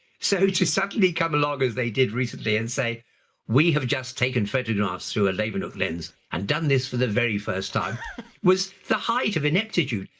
so to suddenly come along as they did recently and say we have just taken photographs through a leeuwenhoek lens and done this for the very first time was the height of ineptitude.